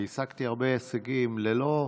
והשגתי הרבה הישגים ללא,